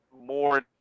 more